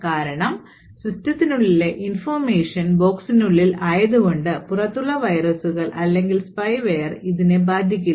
കാരണം സിസ്റ്റത്തിനുള്ളിലെ ഇൻഫോർമേഷൻ ബോക്സിനുള്ളിൽ ആയതു കൊണ്ട് പുറത്തുള്ള വൈറസുകൾ അല്ലെങ്കിൽ സ്പൈവെയർ ഇതിനെ ബാധിക്കില്ല